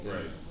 Right